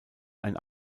ein